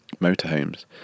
motorhomes